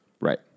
Right